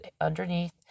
underneath